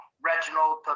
Reginald